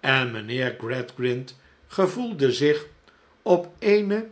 en mijnheer gradgrind gevoelde zich op eene